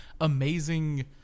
amazing